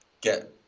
get